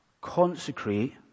consecrate